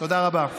תודה רבה.